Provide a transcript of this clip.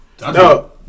No